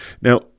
Now